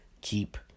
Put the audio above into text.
Keep